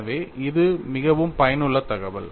எனவே இது மிகவும் பயனுள்ள தகவல்